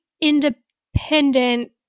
independent